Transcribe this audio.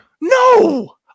No